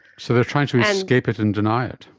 so they are trying to escape it and deny it.